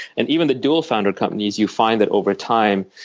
and even the dual founder companies, you find that over time,